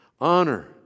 Honor